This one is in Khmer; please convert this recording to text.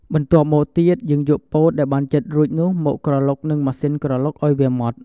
បន្ទាប់់មកទៀត យើងយកពោតដែលបានចិតរួចនោះមកក្រឡុកនឹងម៉ាស៊ីនក្រឡុកឱ្យវាម៉ដ្ឋ។